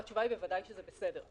התשובה היא בוודאי שזה בסדר.